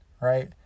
right